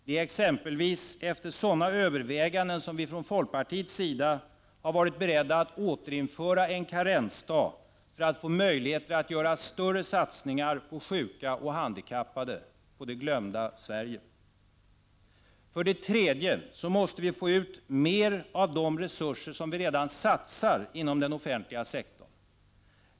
Det är exempelvis efter sådana överväganden vi från folkpartiets sida har varit beredda att återinföra en karensdag, för att få möjligheter att göra större satsningar på sjuka och handikappade, på det glömda Sverige. För det tredje måste vi få ut mer av de resurser som redan satsas inom den offentliga sektorn.